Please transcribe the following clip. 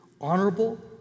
honorable